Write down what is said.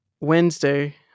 Wednesday